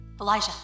Elijah